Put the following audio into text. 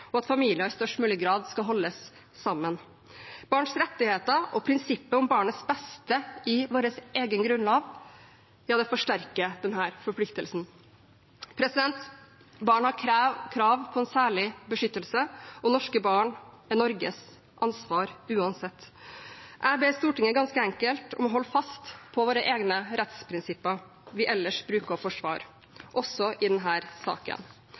og at familier i størst mulig grad skal holdes sammen. Barns rettigheter og prinsippet om barnets beste i vår egen grunnlov forsterker denne forpliktelsen. Barn har krav på en særlig beskyttelse, og norske barn er Norges ansvar uansett. Jeg ber Stortinget ganske enkelt om å holde fast på våre egne rettsprinsipper – som vi ellers bruker å forsvare – også i denne saken.